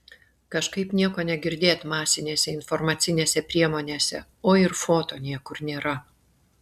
kažkaip nieko negirdėt masinėse informacinėse priemonėse o ir foto niekur nėra